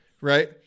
Right